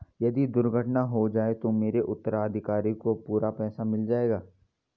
यदि दुर्घटना हो जाये तो मेरे उत्तराधिकारी को पूरा पैसा मिल जाएगा?